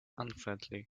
unfriendly